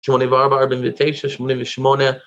84, 49, 88